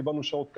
קיבלנו שעות כאן"